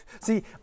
See